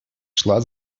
шла